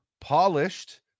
polished